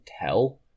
tell